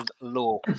low